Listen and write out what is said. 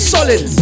Solid